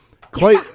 Clay